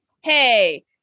hey